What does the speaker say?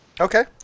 Okay